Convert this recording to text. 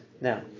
now